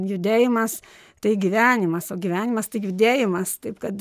judėjimas tai gyvenimas o gyvenimas tai judėjimas taip kad